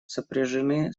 сопряжены